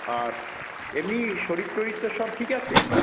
আর এমনি শরীর টরীর তো সব ঠিক আছে